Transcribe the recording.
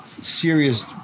serious